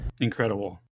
Incredible